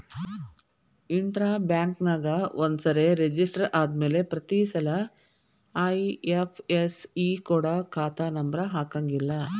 intra ಬ್ಯಾಂಕ್ನ್ಯಾಗ ಒಂದ್ಸರೆ register ಆದ್ಮ್ಯಾಲೆ ಪ್ರತಿಸಲ ಐ.ಎಫ್.ಎಸ್.ಇ ಕೊಡ ಖಾತಾ ನಂಬರ ಹಾಕಂಗಿಲ್ಲಾ